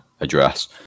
address